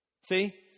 See